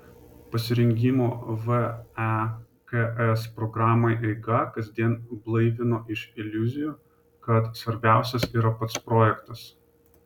pasirengimo veks programai eiga kasdien blaivino iš iliuzijų kad svarbiausias yra pats projektas